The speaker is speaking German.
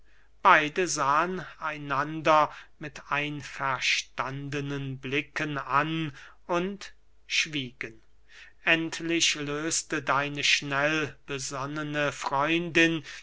beide sahen einander mit einverstandenen blicken an und schwiegen endlich lösete deine schnellbesonnene freundin